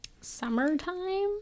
Summertime